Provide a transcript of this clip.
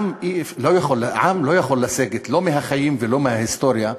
עם לא יכול לסגת, לא מהחיים ולא מההיסטוריה,